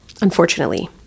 unfortunately